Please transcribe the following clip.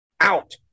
Out